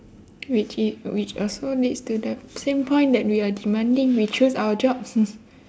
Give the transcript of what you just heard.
which is which also leads to the same point that we are demanding we choose our jobs